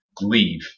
leave